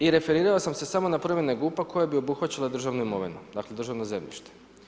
I referirao sam se samo na promjene GUP-a koje bi obuhvaćale državnu imovinu dakle državno zemljište.